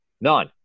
None